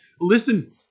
Listen